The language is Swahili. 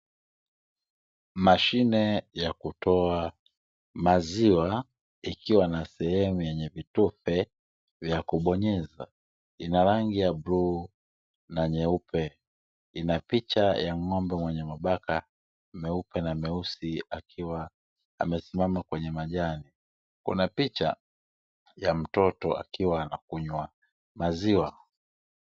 Mashine ya kutoa maziwa ikiwa na sehemu yenye vitufe vya kubonyeza, ina rangi ya bluu na nyeupe ina picha ya ng'ombe mwenye mabaka meupe na meusi akiwa amesimama kwenye majani, kuna picha ya mtoto akiwa anakunywa maziwa.